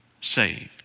saved